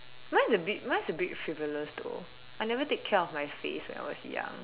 mine's a bit mine's a bit frivolous though I never take care of my face when I was young